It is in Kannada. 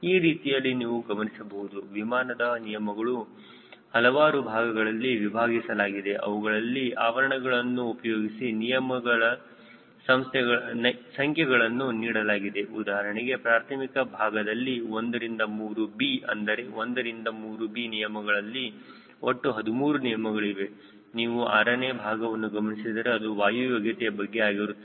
ಈ ರೀತಿಯಲ್ಲಿ ನೀವು ಗಮನಿಸಬಹುದು ವಿಮಾನದ ನಿಯಮಗಳು ಹಲವಾರು ಭಾಗಗಳಲ್ಲಿ ವಿಭಾಗಿಸಲಾಗಿದೆ ಅವುಗಳಲ್ಲಿ ಆವರಣಗಳನ್ನು ಉಪಯೋಗಿಸಿ ನಿಯಮದ ಸಂಖ್ಯೆಗಳನ್ನು ನೀಡಲಾಗಿದೆ ಉದಾಹರಣೆಗೆ ಪ್ರಾರ್ಥಮಿಕ ಭಾಗದಲ್ಲಿ 1 3b ಅಂದರೆ 1ರಿಂದ 3B ನಿಯಮಗಳಲ್ಲಿ ಒಟ್ಟು 13 ನಿಯಮಗಳಿವೆ ನೀವು ಆರನೇ ಭಾಗವನ್ನು ಗಮನಿಸಿದರೆ ಅದು ವಾಯು ಯೋಗ್ಯತೆಯ ಬಗ್ಗೆ ಆಗಿರುತ್ತದೆ